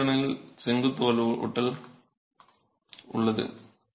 நெகிழ்வு திறனில் செங்குத்து வலுவூட்டல் உள்ளது